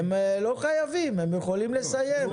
הם לא חייבים, הם יכולים לסיים.